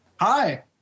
Hi